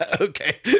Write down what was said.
Okay